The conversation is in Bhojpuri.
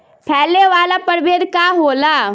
फैले वाला प्रभेद का होला?